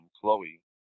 Chloe